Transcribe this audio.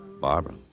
Barbara